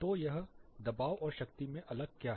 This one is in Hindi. तो यह दबाव और शक्ति मे अलग क्या है